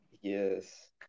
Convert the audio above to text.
Yes